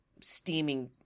steaming